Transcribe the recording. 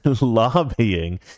lobbying